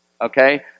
okay